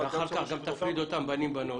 --- ואחר כך גם תפריד אותם בנים-בנות.